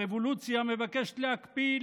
הרבולוציה מבקשת להקפיא,